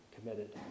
committed